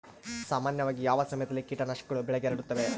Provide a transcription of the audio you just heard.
ಸಾಮಾನ್ಯವಾಗಿ ಯಾವ ಸಮಯದಲ್ಲಿ ಕೇಟನಾಶಕಗಳು ಬೆಳೆಗೆ ಹರಡುತ್ತವೆ?